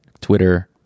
twitter